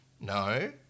no